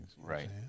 Right